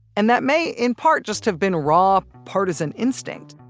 and that may, in part, just have been raw partisan instinct,